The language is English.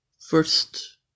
First